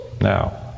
now